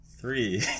Three